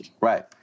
right